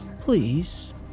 Please